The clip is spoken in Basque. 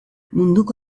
munduko